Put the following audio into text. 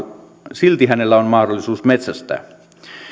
silti hänellä on mahdollisuus metsästää